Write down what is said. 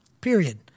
period